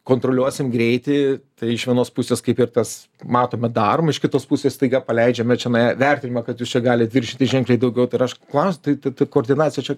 kontroliuosim greitį tai iš vienos pusės kaip ir tas matome daroma iš kitos pusės staiga paleidžiame čenai vertinimą kad jūs čia galit viršyti ženkliai daugiau tai ir aš klausiu tai ta ta koordinacija čia